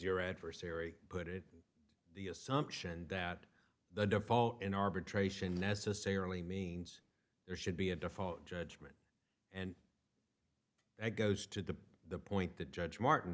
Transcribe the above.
your adversary put it the assumption that the default in arbitration necessarily means there should be a default judgment and it goes to the point the judge martin